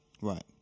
Right